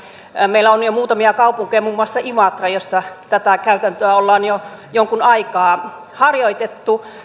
meillä on jo muutamia kaupunkeja muun muassa imatra jossa tätä käytäntöä ollaan jo jonkun aikaa harjoitettu